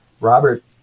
Robert